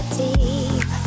deep